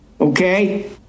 Okay